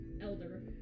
elder